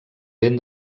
ben